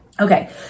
Okay